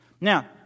Now